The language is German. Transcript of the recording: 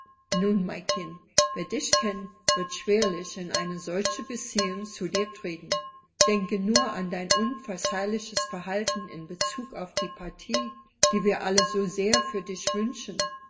nun mein kind wer dich kennt wird schwerlich in eine solche beziehung zu dir treten denke nur an dein unverzeihliches verhalten in bezug auf die partie die wir alle so sehr für dich wünschen